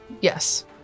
Yes